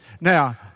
Now